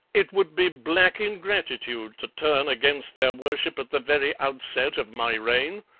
it would be black ingratitude, to turn against their worship at the very outset of my reign.